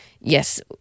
yes